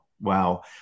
Wow